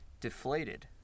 deflated